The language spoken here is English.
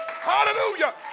Hallelujah